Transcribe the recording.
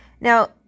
Now